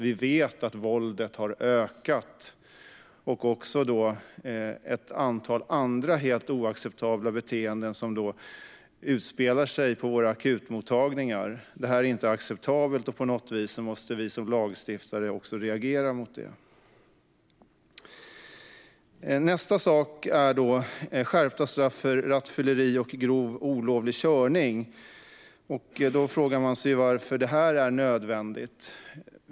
Vi vet att våldet har ökat och också ett antal andra helt oacceptabla beteenden som utspelar sig på våra akutmottagningar. Det är inte acceptabelt, och på något vis måste vi som lagstiftare reagera mot det. Nästa sak är skärpta straff för rattfylleri och grov olovlig körning. Då frågar man sig varför det är nödvändigt.